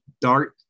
dark